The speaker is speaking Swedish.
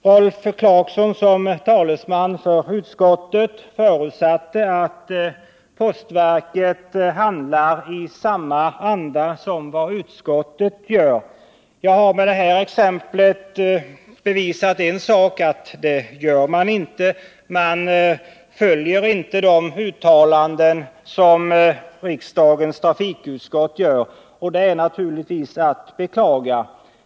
Rolf Clarkson förutsatte, som talesman för utskottet, att postverket handlar i samma anda som utskottets skrivning innebär. Jag har med mitt exempel bevisat att man inte gör det, att man inte följer de uttalanden som riksdagens trafikutskott gör. Det är naturligtvis att beklaga.